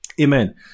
Amen